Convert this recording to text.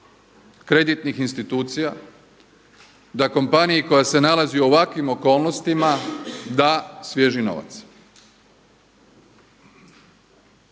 kreditnih institucija da kompaniji koja se nalazi u ovakvim okolnostima da svježi novac.